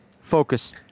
Focus